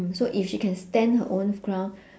mm so if she can stand her own ground